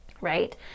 right